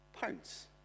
pounds